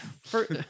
First